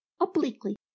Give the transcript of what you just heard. obliquely